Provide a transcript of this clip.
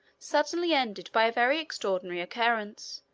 suddenly ended by a very extraordinary occurrence,